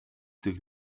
tych